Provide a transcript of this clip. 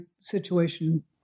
situation